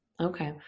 Okay